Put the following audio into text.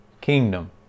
kingdom